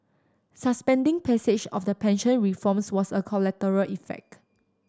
suspending passage of the pension reforms was a collateral effect